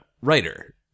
writer